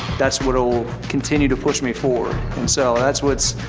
that's what'll continue to push me forward and so that's what's,